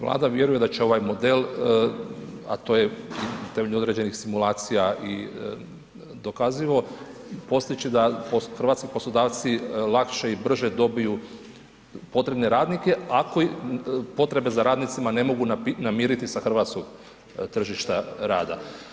Vlada vjeruje da će ovaj model, a to je u pitanju određenih simulacija i dokazivo postojeći da hrvatski poslodavci lakše i brže dobiju potrebne radnike, ako potrebe za radnicima ne mogu namiriti sa hrvatskoga tržišta rada.